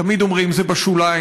תמיד אומרים: זה בשוליים,